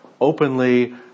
openly